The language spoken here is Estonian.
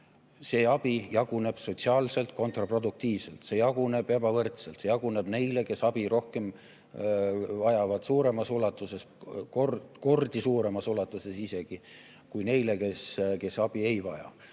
See abi jaguneb sotsiaalselt kontraproduktiivselt, see jaguneb ebavõrdselt. See jaguneb neile, kes vajavad abi rohkem, suuremas ulatuses, isegi kordi suuremas ulatuses kui neile, kes abi ei vaja.